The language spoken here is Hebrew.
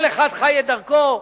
כל אחד חי את דרכו.